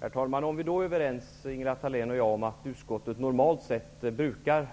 Herr talman! Om Ingela Thalén och jag är överens om att utskottet normalt sett